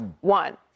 One